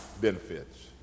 benefits